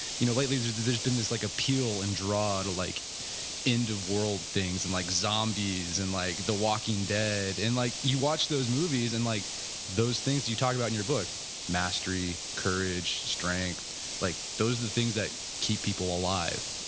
you know lately there's there's been this like peel and drought like end of world things and like zombies and like the walking dead and like, you watch those movies and like those things you talk about in your book mastery, courage, strength like those are the things that keep people alive